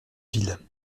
ville